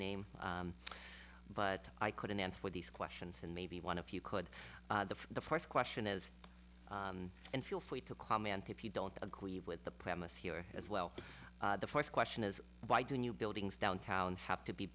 name but i couldn't answer these questions and maybe one of you could the first question is and feel free to comment if you don't agree with the premise here as well the first question is why do new buildings downtown have to be